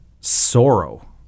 sorrow